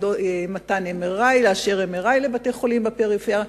לאשר מתן MRI לבתי-חולים בפריפריה,